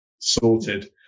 sorted